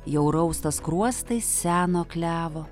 jau rausta skruostai seno klevo